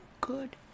good